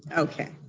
okay.